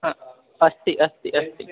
आ अस्ति अस्ति अस्ति